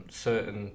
certain